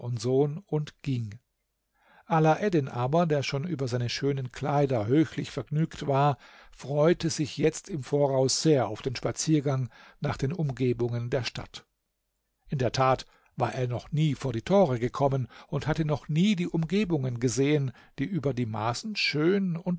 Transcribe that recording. sohn und ging alaeddin aber der schon über seine schönen kleider höchlich vergnügt war freute sich jetzt im voraus sehr auf den spaziergang nach den umgebungen der stadt in der tat war er noch nie vor die tore gekommen und hatte noch nie die umgebungen gesehen die über die maßen schön